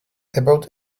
about